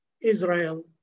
Israel